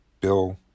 Bill